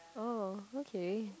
oh okay